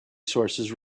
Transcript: sources